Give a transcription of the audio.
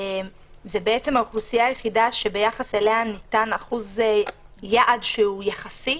זאת בעצם האוכלוסייה היחידה שביחס אליה ניתן יעד שהוא יחסי,